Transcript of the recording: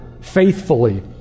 faithfully